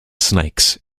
snakes